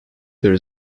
there